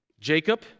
Jacob